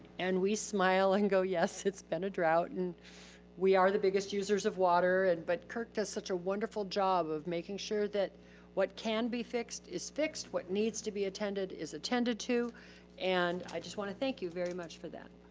and we smile and go, yes, it's been a drought. and we are the biggest users of water, and but kirk does such a wonderful job of making sure that what can be fixed is fixed, what needs to be attended is attended to and i just want to thank you very much for that.